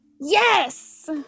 Yes